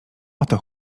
oto